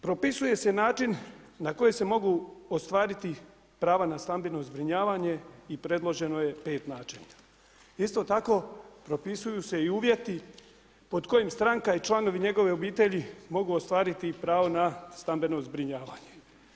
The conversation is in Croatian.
Propisuje se način na koji se mogu ostvariti prava na stambeno zbrinjavanje i predloženo je 5 ... Isto tako propisuju se i uvjeti pod kojim stranka i članovi njegove obitelji mogu ostvariti i pravo na stambeno zbrinjavanje.